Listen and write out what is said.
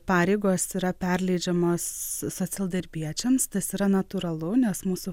pareigos yra perleidžiamos socialdarbiečiams tas yra natūralu nes mūsų